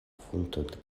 frunto